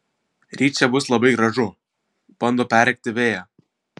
ryt čia bus labai gražu bando perrėkti vėją